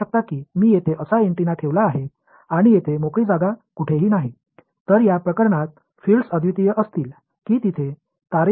இப்போது இதைப் போன்ற ஒரு ஆண்டெனாவை இங்கே வைத்திருக்கிறேன் என்று நினைத்து நீங்கள் கேட்கலாம் அது காலியான இடம் அங்கு எதுவும் இல்லை